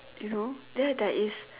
you know there there is